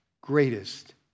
greatest